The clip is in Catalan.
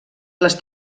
les